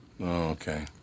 okay